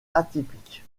atypiques